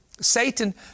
Satan